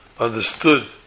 understood